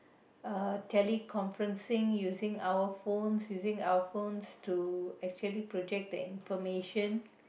uh teleconferencing using our phones using our phones to actually project the information